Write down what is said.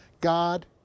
God